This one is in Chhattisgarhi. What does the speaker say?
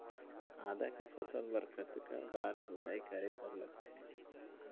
आदा के फसल बर कतक बार जोताई करे बर लगथे?